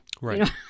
Right